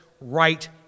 right